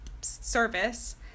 service